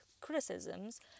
criticisms